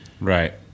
Right